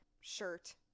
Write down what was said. shirt